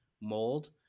mold